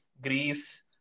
Greece